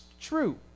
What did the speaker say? true